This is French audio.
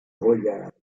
royale